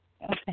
Okay